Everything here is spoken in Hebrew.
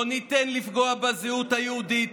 לא ניתן לפגוע בזהות היהודית.